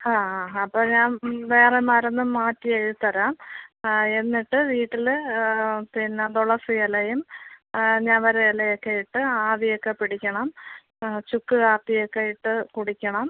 ആ ആ അപ്പോൾ ഞാൻ വേറെ മരുന്ന് മാറ്റി എഴുതി തരാം ആ എന്നിട്ട് വീട്ടിൽ പിന്നെ തുളസി ഇലയും ഞവര ഇല ഒക്കെ ഇട്ട് ആവി ഒക്കെ പിടിക്കണം ആ ചുക്ക് കാപ്പി ഒക്കെ ഇട്ട് കുടിക്കണം